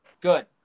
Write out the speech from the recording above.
good